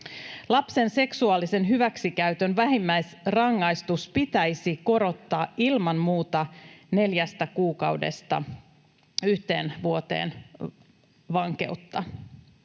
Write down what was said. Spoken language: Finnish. Lapsen seksuaalisen hyväksikäytön vähimmäisrangaistus pitäisi korottaa ilman muuta neljästä kuukaudesta yhteen vuoteen vankeutta.